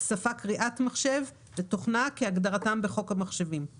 "שפה קריאת מחשב" ו"תוכנה" כהגדרתם בחוק המחשבים;